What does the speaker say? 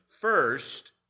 First